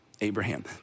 Abraham